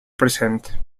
present